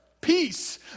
peace